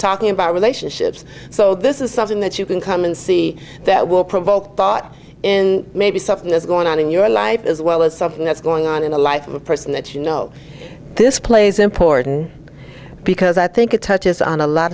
talking about relationships so this is something that you can come and see that will provoke thought in maybe something that's going on in your life as well as something that's going on in the life of a person that you know this plays important because i think it touches on a lot